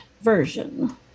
version